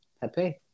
Pepe